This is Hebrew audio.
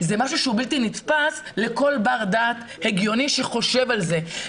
זה משהו שהוא בלתי נתפס לכל בר דעת הגיוני שחושב על זה.